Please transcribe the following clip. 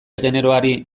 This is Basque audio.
generoari